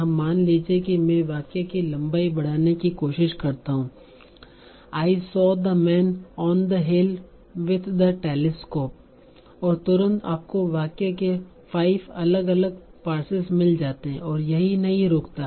अब मान लीजिए कि मैं वाक्य की लंबाई बढ़ाने की कोशिश करता हूं I saw the man on the hill with the telescope और तुरंत आपको वाक्य के 5 अलग अलग पार्सेस मिल सकते हैं यह यहीं नहीं रुकता